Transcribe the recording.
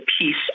peace